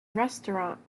restaurant